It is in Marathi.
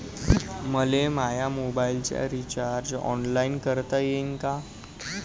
मले माया मोबाईलचा रिचार्ज ऑनलाईन करता येईन का?